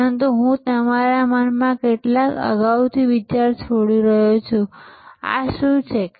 પરંતુ હું તમારા મનમાં કેટલાક અગાઉથી વિચારો છોડી રહ્યો છું આ શું છે